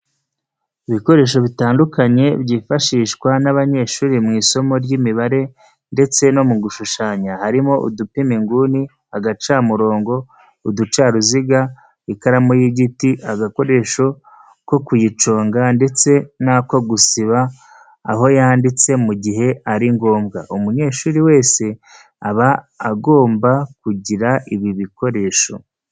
Ibikoresho bitandukanye byifashishwa n'abanyeshuri mu isomo ry'imibare ndetse no mu gushushanya harimo udupima inguni, agacamurongo, uducaruziga, ikaramu y'igiti, agakoresho ko kuyiconga ndetse n'ako gusiba aho yanditse mu gihe ari ngombwa. Umunyeshuri wese aba agomba kugira ibi bikoresho.